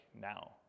now